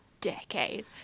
decade